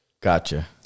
Gotcha